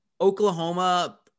Oklahoma